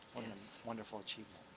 wonderful achievement.